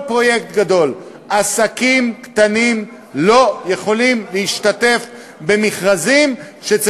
פרויקט גדול עסקים קטנים לא יכולים להשתתף במכרזים שבהם